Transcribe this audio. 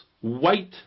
white